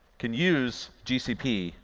can use gcp